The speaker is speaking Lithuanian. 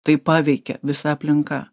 taip paveikia visa aplinka